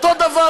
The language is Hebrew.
אותו הדבר,